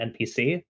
NPC